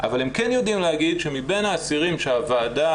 אבל הם כן יודעים להגיד שמבין האסירים שהוועדה